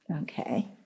Okay